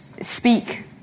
speak